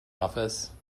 office